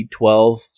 B12